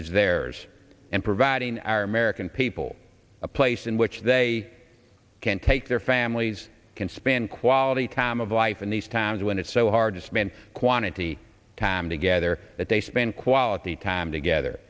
is theirs and providing our american people a place in which they can take their families can spend quality time of life in these times when it's so hard to spend quantity time together that they spend quality time together